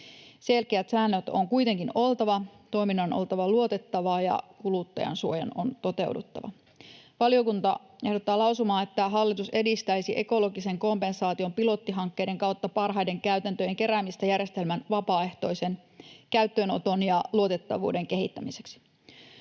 Selkeät säännöt on kuitenkin oltava. Toiminnan on oltava luotettavaa, ja kuluttajansuojan on toteuduttava. Valiokunta ehdottaa lausumaa, että ”hallitus edistäisi ekologisen kompensaation pilottihankkeiden kautta parhaiden käytäntöjen keräämistä järjestelmän vapaaehtoisen käyttöönoton ja luotettavuuden kehittämiseksi”.